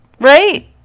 right